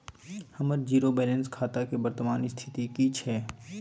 हमर zero balance खाता के वर्तमान स्थिति की छै?